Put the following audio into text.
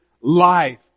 life